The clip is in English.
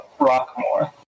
Rockmore